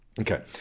Okay